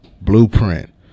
blueprint